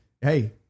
hey